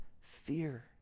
fear